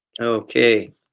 Okay